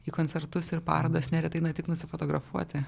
į koncertus ir parodas neretai eina tik nusifotografuoti